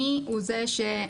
מי הוא זה ש-